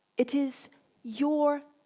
it is your